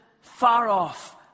far-off